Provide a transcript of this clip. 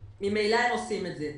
וממילא הם עושים את זה.